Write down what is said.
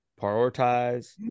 prioritize